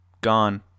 gone